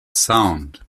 sound